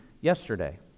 yesterday